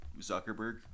Zuckerberg